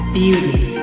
beauty